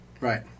Right